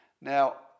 Now